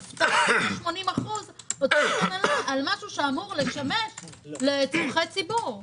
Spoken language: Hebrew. ש-80% להנהלה על משהו שאמור לשמש לצורכי ציבור.